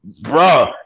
Bro